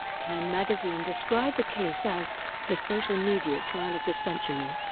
time magazine described the case as the social media trial of the century.